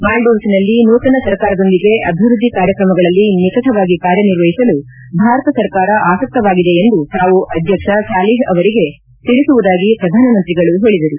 ಮಾಲ್ಗೀವ್ಗನಲ್ಲಿ ನೂತನ ಸರ್ಕಾರದೊಂದಿಗೆ ಅಭಿವೃದ್ದಿ ಕಾರ್ಯಕ್ರಮಗಳಲ್ಲಿ ನಿಕಟವಾಗಿ ಕಾರ್ಯನಿರ್ವಹಿಸಲು ಭಾರತ ಸರ್ಕಾರ ಆಸಕ್ತವಾಗಿದೆ ಎಂದು ತಾವು ಅಧ್ಯಕ್ಷ ಸಾಲಿಹ್ ಅವರಿಗೆ ತಿಳಿಸುವುದಾಗಿ ಪ್ರಧಾನ ಮಂತ್ರಿಗಳು ಹೇಳಿದರು